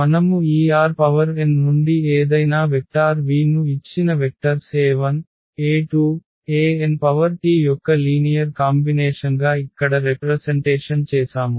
మనము ఈ Rn నుండి ఏదైనా వెక్టార్ v ను ఇచ్చిన వెక్టర్స్ e1e2enT యొక్క లీనియర్ కాంబినేషన్గా ఇక్కడ రెప్రసెన్టేషన్ చేసాము